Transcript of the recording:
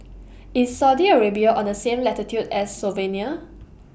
IS Saudi Arabia on The same latitude as Slovenia